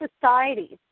societies